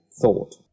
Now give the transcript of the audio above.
thought